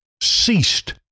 ceased